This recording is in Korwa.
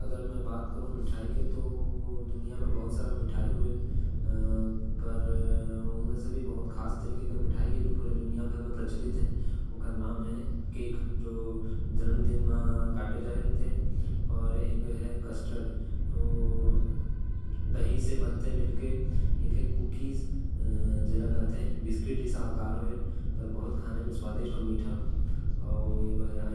अगर मैं बात करहु मिठाई मन के तो बहुत सारा मिठाई होथे। जो पूरा दुनिया म प्रचलित हवे। जोन मिठाई मन ला मैं जानथो ओ मन हवे। लड्डू, काजुकतली, सोनपापड़ी, बर्फी अउ पेड़ा। कैंडी भी एक टो मिठाई ही